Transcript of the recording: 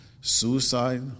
suicide